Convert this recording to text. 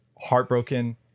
heartbroken